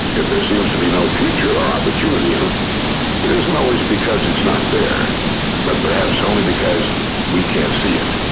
if there seems to be no future or opportunity in it, it isn't always because it's not there but perhaps only because we can't see it.